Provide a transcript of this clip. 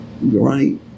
Right